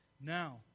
Now